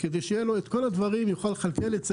כל זה כדי שיהיה לו כל הדברים והוא יוכל לכלכל את צעדיו.